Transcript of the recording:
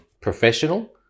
professional